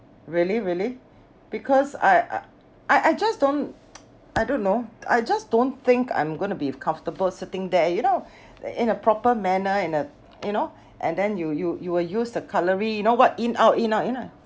really really because I I I I just don't I don't know I just don't think I'm gonna be comfortable sitting there you know in a proper manner in a you know and then you you you will use the cutlery you know what in out in out you know